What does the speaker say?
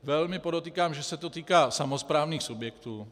Velmi podotýkám, že se to týká samosprávných subjektů.